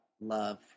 love